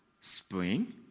spring